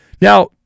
Now